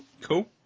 Cool